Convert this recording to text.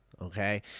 okay